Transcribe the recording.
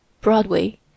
Broadway